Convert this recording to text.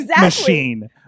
machine